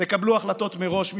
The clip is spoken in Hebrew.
תקבלו החלטות מראש,